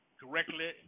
correctly